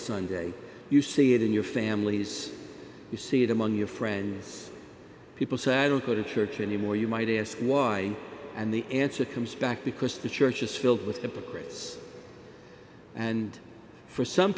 sunday you see it in your families you see it among your friends people say i don't go to church anymore you might ask why and the answer comes back because the church is filled with a progress and for some